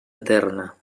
eterna